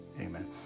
Amen